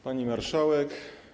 Pani Marszałek!